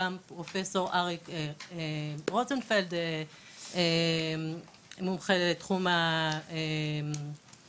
גם פרופסור אריק רוטנפלד שהוא מומחה לתחום האקולוגיה